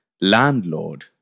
landlord